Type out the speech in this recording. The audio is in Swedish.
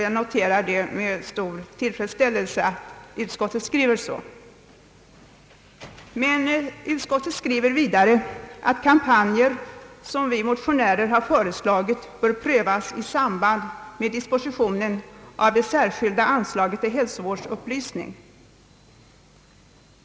Jag noterar det med stor tillfredsställelse. Men = utskottet skriver vidare att kampanjer som vi motionärer har föreslagit bör prövas i samband med dispositionen av det särskilda anslaget till hälsovårdsupplysning.